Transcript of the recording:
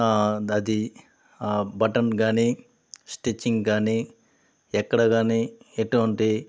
అది బటన్ కానీ స్టిచింగ్ కానీ ఎక్కడ కానీ ఎటువంటి